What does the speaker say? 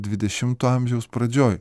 dvidešimto amžiaus pradžioj